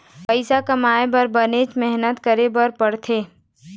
पइसा कमाए बर बनेच मेहनत करे बर पड़थे